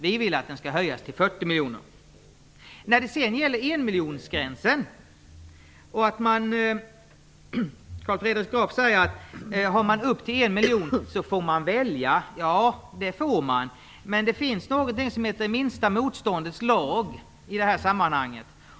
Vi vill att gränsen skall höjas till 40 Carl Fredrik Graf sade när det gäller 1 miljonsgränsen att man får välja, om man har upp till 1 miljon i omsättning. Ja, det får man, men det finns någonting som heter minsta motståndets lag i det här sammanhanget.